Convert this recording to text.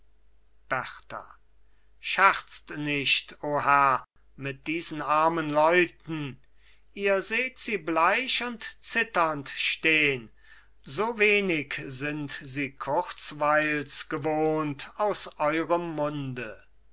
berta scherzt nicht o herr mit diesen armen leuten ihr seht sie bleich und zitternd stehn so wenig sind sie kurzweils gewohnt aus eurem munde